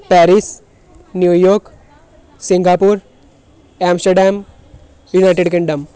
Paris New York Singapore Amsterdam United Kingdom